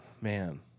man